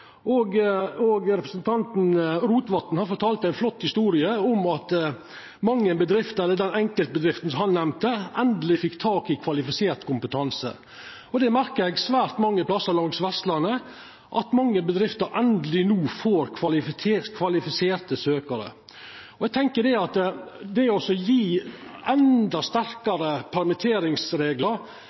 Representanten Rotevatn fortalde ei flott historie om at den enkeltbedrifta han nemnde, endeleg fekk tak i kvalifisert kompetanse. Det merkar eg svært mange plassar langs Vestlandet, at mange bedrifter no endeleg får kvalifiserte søkjarar. Eg tenkjer at å gje endå sterkare permitteringsreglar hindrar endå fleire i å søkja jobbar. Det motverkar i alle fall at